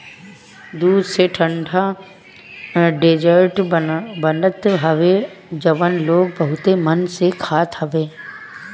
दूध से ठंडा डेजर्ट बनत हवे जवन लोग बहुते मन से खात हवे